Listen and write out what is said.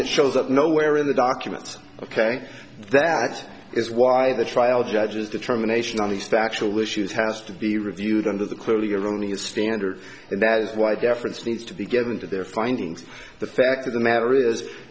that shows up nowhere in the documents ok that is why the trial judge's determination on these factual issues has to be reviewed under the clearly erroneous standard and that is why deference needs to be given to their findings the fact of the matter is